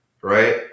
right